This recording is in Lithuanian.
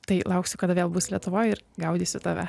tai lauksiu kada vėl busi lietuvoj ir gaudysiu tave